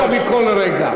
אתה נהנית מכל רגע.